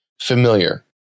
familiar